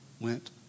went